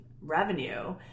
revenue